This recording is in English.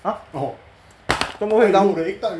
!huh! 怎么会 downgrade